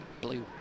blue